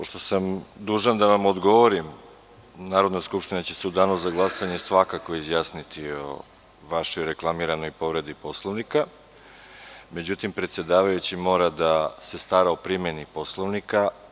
Pošto sam dužan da vam odgovorim, Narodna skupština će se u Danu za glasanje svakako izjasniti o vašoj reklamiranoj povredi Poslovnika, međutim, predsedavajući mora da se stara o primeni Poslovnika.